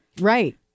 Right